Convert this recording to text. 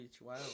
Wow